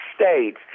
States